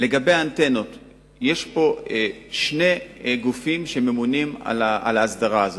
יש פה שני גופים שממונים על ההסדרה הזאת,